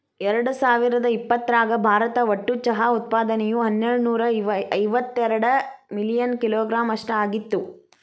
ಎರ್ಡಸಾವಿರದ ಇಪ್ಪತರಾಗ ಭಾರತ ಒಟ್ಟು ಚಹಾ ಉತ್ಪಾದನೆಯು ಹನ್ನೆರಡನೂರ ಇವತ್ತೆರಡ ಮಿಲಿಯನ್ ಕಿಲೋಗ್ರಾಂ ಅಷ್ಟ ಆಗಿತ್ತು